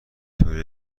تور